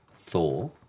Thor